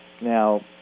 Now